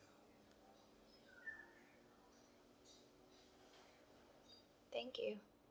thank you